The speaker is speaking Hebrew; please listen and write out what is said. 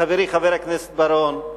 חברי חבר הכנסת בר-און,